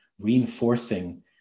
reinforcing